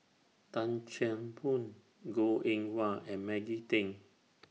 Tan Chan Boon Goh Eng Wah and Maggie Teng